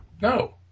no